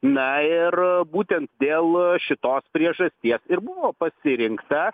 na ir būtent dėl šitos priežasties ir buvo pasirinkta